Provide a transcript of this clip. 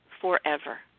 forever